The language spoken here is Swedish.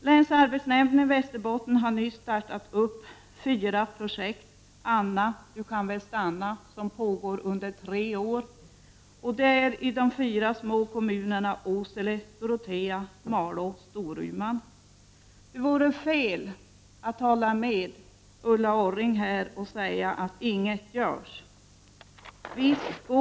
Länsarbetsnämnden i Västerbotten har nyss startat fyra projekt, Anna du kan väl stanna, som skall pågå under tre år. Det gäller de fyra små kommunerna Åsele, Dorotea, Malå och Storuman. Det vore fel att hålla med Ulla Orring här och säga att inget görs.